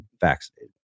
vaccinated